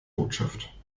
botschaft